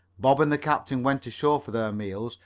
bob and the captain went ashore for their meals,